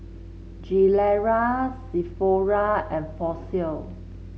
Gilera Sephora and Fossil